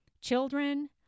children